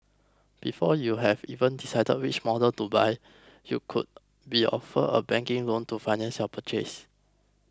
before you've even decided which models to buy you could be offered a banking loan to finance your purchase